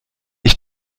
ich